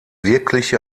wirkliche